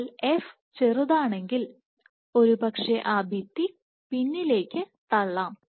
എന്നാൽ f ചെറുതാണെങ്കി ൽ ഒരുപക്ഷേ ആ ഭിത്തി പിന്നിലേക്ക് തള്ളാം